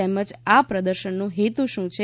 તેમજ આ પ્રદર્શનનો હેતુ શું છે